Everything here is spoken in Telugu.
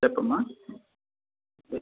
చెప్పమ్మా